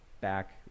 back